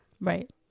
Right